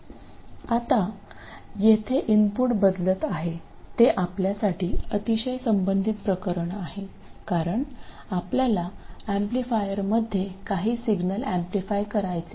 आता येथे इनपुट बदलत आहे ते आपल्यासाठी अतिशय संबंधित प्रकरण आहे कारण आपल्याला एम्पलीफायरमध्ये काही सिग्नल ऍम्प्लिफाय करायचे आहेत